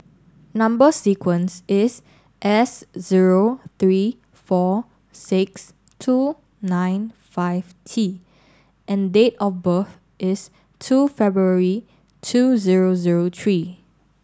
number sequence is S zero three four six two nine five T and date of birth is two February two zero zero three